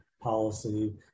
policy